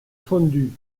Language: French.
fondus